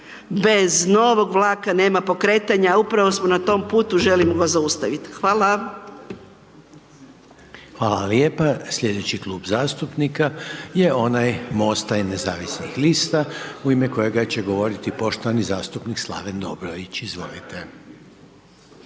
bez novog vlaka nema pokretanja. Upravo smo na tome putu, želimo ga zaustaviti. Hvala. **Reiner, Željko (HDZ)** Hvala lijepa. Slijedeći klub zastupnika je onaj MOST-a i nezavisnih lista u ime kojega će govoriti poštovani zastupnik Slaven Dobrović, izvolite.